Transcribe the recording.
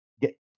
get